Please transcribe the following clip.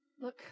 look